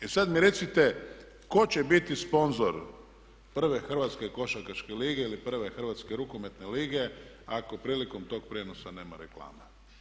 E sad mi recite tko će biti sponzor prve hrvatske košarkaške lige ili prve hrvatske rukometne lige ako prilikom tog prijenosa nema reklama?